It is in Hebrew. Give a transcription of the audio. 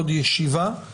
ישיבה.